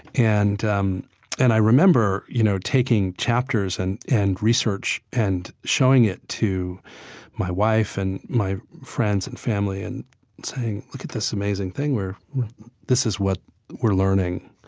and um and i remember, you know, taking chapters and and research and showing it to my wife and my friends and family and saying, look at this amazing thing. this is what we're learning.